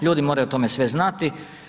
Ljudi moraju o tome sve znati.